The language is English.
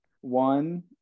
one